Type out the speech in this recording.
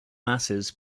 masses